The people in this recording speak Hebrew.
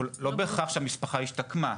לא בהכרח שהמשפחה השתקמה.